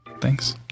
Thanks